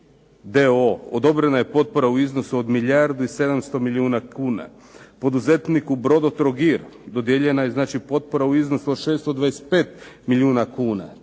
d.o.o." odobrena je potpora u iznosu od milijardu i 700 milijuna kuna, poduzetniku "Brodotrogir" dodijeljena je znači potpora u iznosu od 625 milijuna kuna,